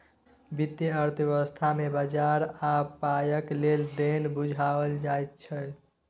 वित्तीय अर्थशास्त्र मे बजार आ पायक लेन देन बुझाओल जाइत छै